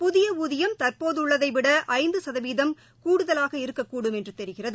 புதிய ஊதியம் தற்போதுள்ளதை விட ஐந்து சதவீதம் கூடுதலாக இருக்கக்கூடும் என்று தெரிகிறது